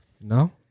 No